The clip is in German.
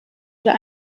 oder